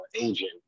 agent